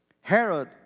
Herod